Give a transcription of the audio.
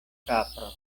kapro